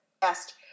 best